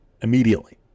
Immediately